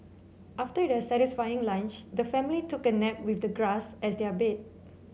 after their satisfying lunch the family took a nap with the grass as their bed